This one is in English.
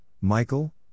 Michael